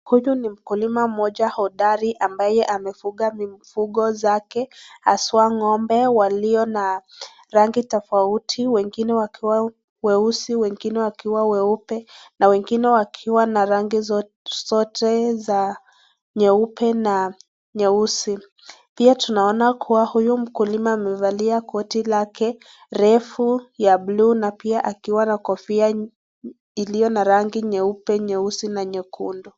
Huyu ni mkulima mmoja hodari ambaye amefuga mifugo zake, haswa ng'ombe walio na rangi tofauti, wengine wakiwa weusi wengine wakiwa weupe na wengine wakiwa na rangi zote za nyeupe na nyeusi. Pia tunaona kuwa huyo mkulima amevalia koti lake refu ya blu na pia akiwa na kofia iliyo na rangi nyeupe, nyeusi na nyekundu.